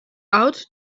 out